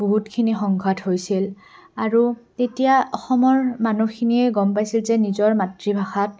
বহুতখিনি সংঘাত হৈছিল আৰু তেতিয়া অসমৰ মানুহখিনিয়ে গম পাইছিল যে নিজৰ মাতৃভাষাত